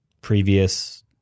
previous